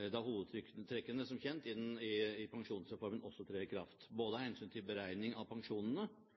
når hovedtrekkene, som kjent, i pensjonsreformen også trer i kraft. Både av hensyn til beregning av pensjonene og av hensyn til